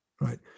right